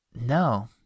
No